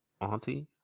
Auntie